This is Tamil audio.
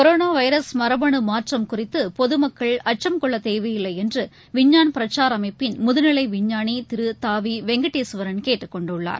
கொரோனாவைரஸ் மரபனுமாற்றம் குறித்துபொதுமக்கள் அச்சம் கொள்ளத் தேவையில்லைஎன்றுவிஞ்ஞான் பிரச்சார் அமைப்பின் முதுநிலைவிஞ்ஞானிதிரு த விவெங்கடேஸ்வரன் கேட்டுக்கொண்டுள்ளார்